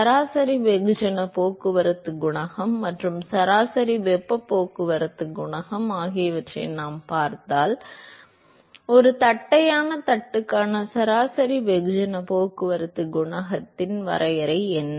சராசரி வெகுஜன போக்குவரத்து குணகம் மற்றும் சராசரி வெப்ப போக்குவரத்து குணகம் ஆகியவற்றை நான் பார்த்தால் ஒரு தட்டையான தட்டுக்கான சராசரி வெகுஜன போக்குவரத்து குணகத்தின் வரையறை என்ன